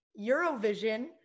Eurovision